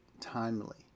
timely